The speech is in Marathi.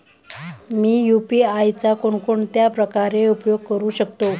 मी यु.पी.आय चा कोणकोणत्या प्रकारे उपयोग करू शकतो?